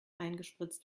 eingespritzt